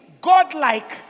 Godlike